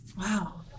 wow